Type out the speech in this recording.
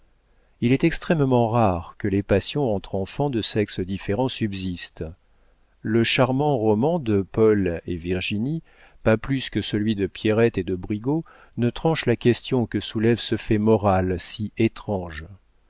il est extrêmement rare que les passions entre enfants de sexes différents subsistent le charmant roman de paul et virginie pas plus que celui de pierrette et de brigaut ne tranchent la question que soulève ce fait moral si étrange